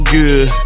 good